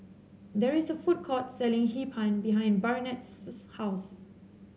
there is a food court selling Hee Pan behind Barnett's house